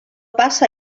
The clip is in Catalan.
passa